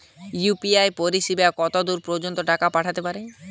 UPI পরিসেবা কতদূর পর্জন্ত টাকা পাঠাতে পারি?